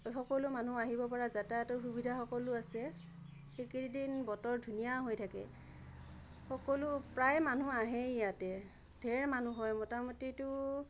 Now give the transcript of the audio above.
সকলো মানুহ আহিব পৰা যাতায়তৰ সুবিধা সকলো আছে সেইকেইদিন বতৰ ধুনীয়া হৈ থাকে সকলো প্ৰায় মানুহ আহেই ইয়াতে ঢেৰ মানুহ হয় মোটামুটিটো